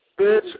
bitch